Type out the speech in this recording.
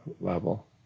level